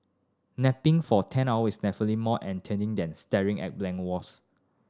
napping for ten hours is definitely more enticing than staring at blank walls